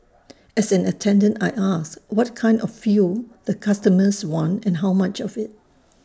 as an attendant I ask what kind of fuel the customers want and how much of IT